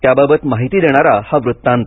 त्याबाबत माहिती देणारा हा वृत्तांत